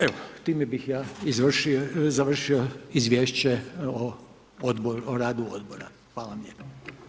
Evo, time bih ja završio izvješće o radu odboru, hvala vam lijepo.